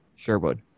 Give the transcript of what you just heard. Sherwood